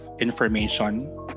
information